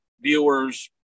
viewers